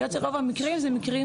היות שרוב המקרים זה מקרים